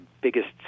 biggest